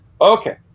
okay